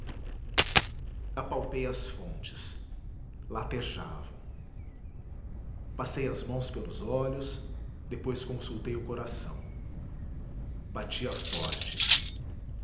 escrevera apalpei as fontes latejavam passei as mãos pelos olhos depois consultei o coração batia forte